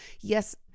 yes